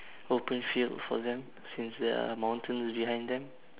open field for them since there are mountains behind them